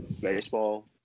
baseball